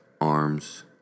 arms